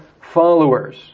followers